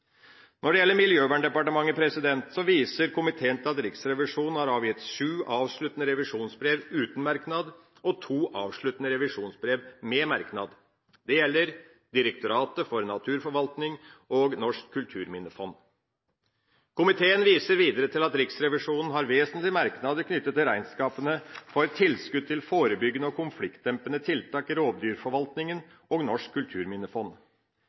Når det gjelder Miljøverndepartementet, viser komiteen til at Riksrevisjonen har avgitt sju avsluttende revisjonsbrev uten merknad og to avsluttende revisjonsbrev med merknad. Det gjelder Direktoratet for naturforvaltning og Norsk kulturminnefond. Komiteen viser videre til at Riksrevisjonen har vesentlige merknader knyttet til regnskapene for tilskudd til forebyggende og konfliktdempende tiltak i rovdyrforvaltninga og Norsk kulturminnefond.